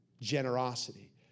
generosity